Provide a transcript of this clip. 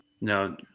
No